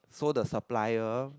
so the supplier